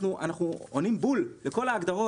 אנחנו יודעים לעשות את זה.